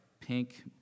pink